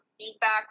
feedback